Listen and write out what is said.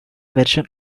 version